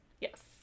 Yes